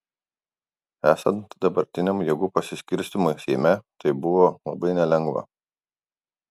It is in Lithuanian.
esant dabartiniam jėgų pasiskirstymui seime tai buvo labai nelengva